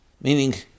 meaning